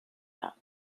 out